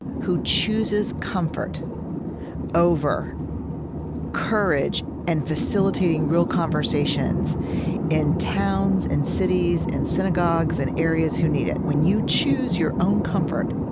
who chooses comfort over courage and facilitating real conversations in towns and cities and synagogues and areas who need it when you choose your own comfort